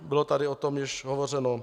Bylo tady o tom již hovořeno.